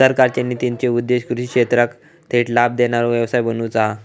सरकारचे नितींचो उद्देश्य कृषि क्षेत्राक थेट लाभ देणारो व्यवसाय बनवुचा हा